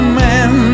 man